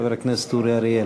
חבר הכנסת אורי אריאל.